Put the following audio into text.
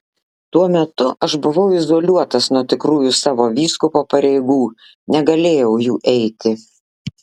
tuo metu aš buvau izoliuotas nuo tikrųjų savo vyskupo pareigų negalėjau jų eiti